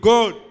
God